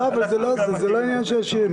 אבל זה לא עניין של עשירים,